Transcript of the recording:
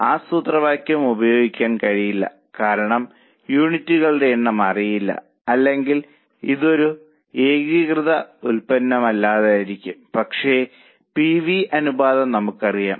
ആ സൂത്രവാക്യം ഉപയോഗിക്കാൻ കഴിയില്ല കാരണം യൂണിറ്റുകളുടെ എണ്ണം അറിയില്ല അല്ലെങ്കിൽ ഇത് ഒരു ഏകീകൃത ഉൽപ്പാദനമല്ലായിരിക്കാം പക്ഷേ പി വി അനുപാതം നമുക്കറിയാം